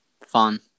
fun